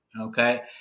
Okay